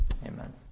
Amen